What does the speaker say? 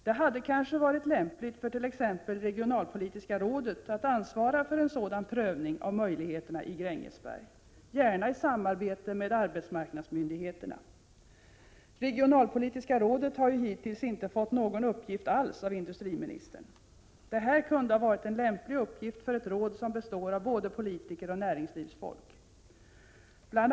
Det hade kanske varit lämpligt för t.ex. regionalpolitiska rådet att ansvara för en sådan prövning av möjligheterna i Grängesberg, gärna i samarbete med arbetsmarknadsmyndigheterna. Regionalpolitiska rådet har ju hittills inte fått någon uppgift alls av industriministern. Det här kunde ha varit en lämplig uppgift för ett råd som består av både politiker och näringslivsfolk. Bl.